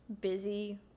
busy